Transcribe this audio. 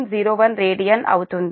01 radian అవుతుంది